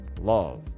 love